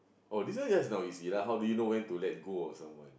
oh this one just now you see lah how do you know when to let go of someone